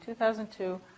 2002